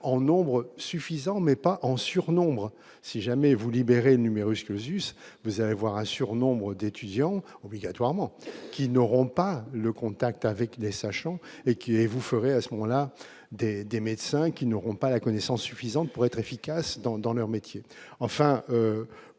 en nombre suffisant mais pas en surnombre, si jamais vous libérer numerus que ZUS, vous allez voir un surnombre d'étudiants obligatoirement qui n'auront pas le contact avec les sachants et qui est vous ferait à ce moment là des des médecins qui n'auront pas la connaissance suffisante pour être efficace dans dans leur métier, enfin,